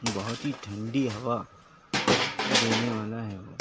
بہت ہی ٹھنڈی ہوا دینے والا ہے وہ